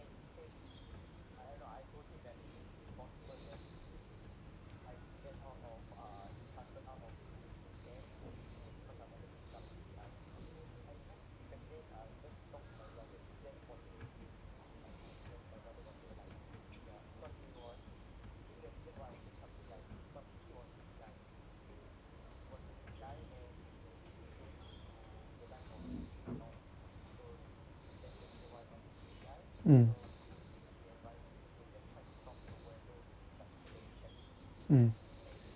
mm mm